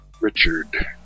Richard